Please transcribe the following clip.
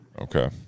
Okay